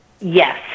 Yes